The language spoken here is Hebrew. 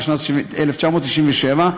התשנ"ז 1997,